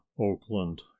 Oakland